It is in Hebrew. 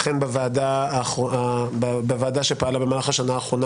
אכן בוועדה שפעלה במהלך השנה האחרונה,